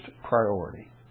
priority